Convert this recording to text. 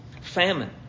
Famine